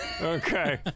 okay